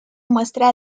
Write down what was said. muestra